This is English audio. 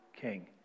king